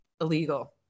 illegal